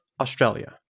Australia